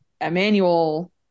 Emmanuel